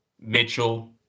Mitchell